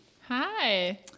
Hi